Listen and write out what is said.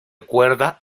cuerda